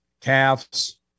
calves